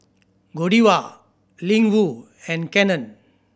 Godiva Ling Wu and Canon